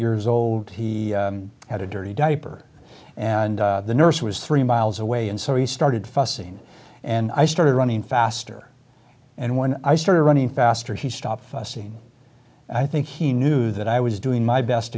years old he had a dirty diaper and the nurse was three miles away and so he started fussing and i started running faster and when i started running faster he stopped seen i think he knew that i was doing my best